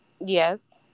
Yes